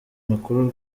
makuru